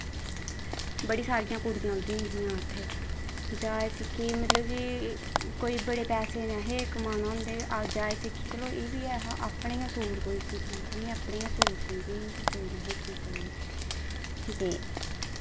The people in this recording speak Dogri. बड़ी सारियां कुड़ियां औंदियां हियां उत्थै जाच सिक्खी मतलब कि कोई बड़े पैसे नेहें कमाने होंदे अज्ज जाच सिक्खी चलो एह् बी ऐ हा अपने गै सूट कोई सी लैंदा में अपने गै सूट सींदी ही में कुसै दे निं हा सी सकदी ते